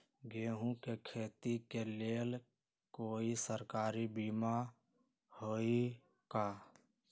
गेंहू के खेती के लेल कोइ सरकारी बीमा होईअ का?